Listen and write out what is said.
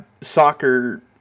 soccer